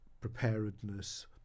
preparedness